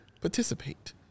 Participate